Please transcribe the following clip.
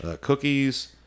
Cookies